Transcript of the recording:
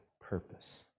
purpose